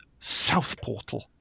Southportal